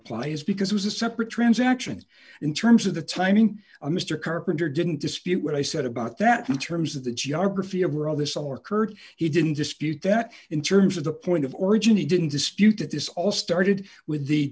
apply is because it was a separate transaction in terms of the timing mr carpenter didn't dispute what i said about that in terms of the geography of or all this all occurred he didn't dispute that in terms of the point of origin he didn't dispute that this all started with the